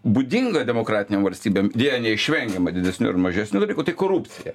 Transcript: būdinga demokratinėm valstybėm deja neišvengiama didesnių ar mažesnių dalykų tai korupcija